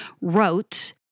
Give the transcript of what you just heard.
wrote